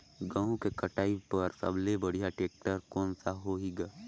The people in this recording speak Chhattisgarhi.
गहूं के कटाई पर सबले बढ़िया टेक्टर कोन सा होही ग?